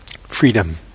freedom